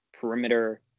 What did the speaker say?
perimeter